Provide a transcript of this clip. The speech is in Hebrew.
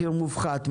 מחיר מופחת,